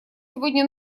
сегодня